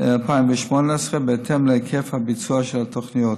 2018 בהתאם להיקף הביצוע של התוכניות.